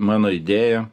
mano idėja